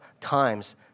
times